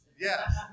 Yes